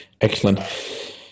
Excellent